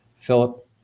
Philip